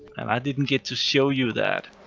and i didn't get to show you that.